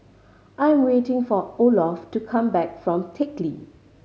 I'm waiting for Olof to come back from Teck Lee